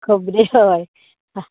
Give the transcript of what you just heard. खबऱ्यो हय हां